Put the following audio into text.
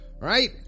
Right